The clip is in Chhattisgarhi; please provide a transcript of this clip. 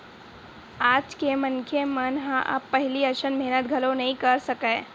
आज के मनखे मन ह अब पहिली असन मेहनत घलो नइ कर सकय